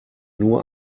nur